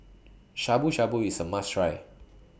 Shabu Shabu IS A must Try